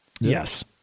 Yes